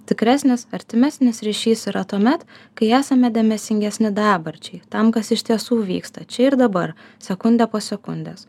tikresnis artimesnis ryšys yra tuomet kai esame dėmesingesni dabarčiai tam kas iš tiesų vyksta čia ir dabar sekundę po sekundės